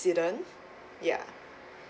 accident yeah